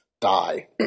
die